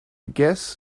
guess